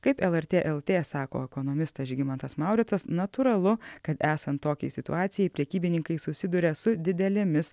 kaip lrt lt sako ekonomistas žygimantas mauricas natūralu kad esant tokiai situacijai prekybininkai susiduria su didelėmis